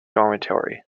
dormitory